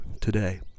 today